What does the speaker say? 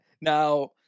Now